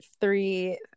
three